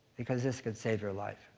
because this could save your life.